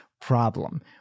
problem